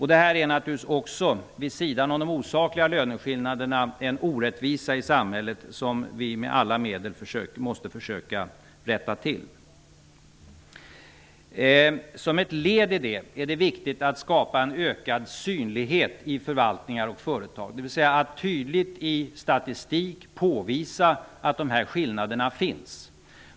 Det är en orättvisa i samhället vid sidan om de osakliga löneskillnaderna vilken vi med alla medel måste försöka rätta till. Som ett led i det är det viktigt att skapa en ökad synlighet i förvaltningar och företag, dvs. att tydligt i statistiken påvisa att dessa skillnader finns.